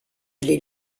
les